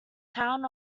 town